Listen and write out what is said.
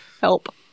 Help